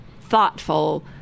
thoughtful